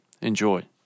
Enjoy